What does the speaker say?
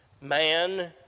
man